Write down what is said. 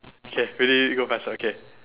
okay ready go faster okay